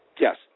Yes